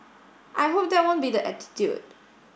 I hope that won't be the attitude